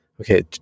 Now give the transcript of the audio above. okay